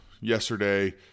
yesterday